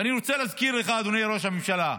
ואני רוצה להזכיר לך, אדוני ראש הממשלה,